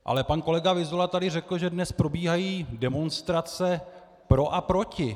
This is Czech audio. Ale pan kolega Vyzula tady řekl, že dnes probíhají demonstrace pro a proti.